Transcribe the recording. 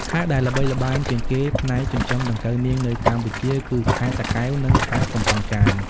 ខេត្តដែលល្បីល្បាញជាងគេផ្នែកចិញ្ចឹមដង្កូវនាងនៅកម្ពុជាគឺ ខេត្តតាកែវ និងខេត្តកំពង់ចាម។